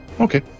Okay